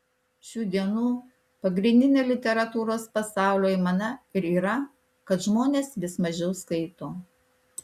šių dienų pagrindinė literatūros pasaulio aimana ir yra kad žmonės vis mažiau skaito